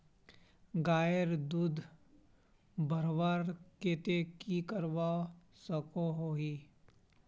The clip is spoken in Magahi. गायेर दूध बढ़वार केते की करवा सकोहो ही?